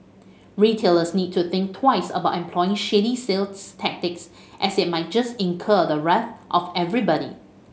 retailers need to think twice about employing shady sales tactics as it might just incur the wrath of everybody